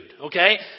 okay